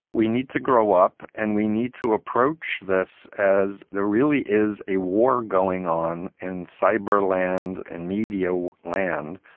we need to grow up and we need to approach this as there really is a war going on in cyber land and medio land,